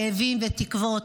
כאבים ותקוות.